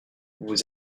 vous